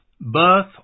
birth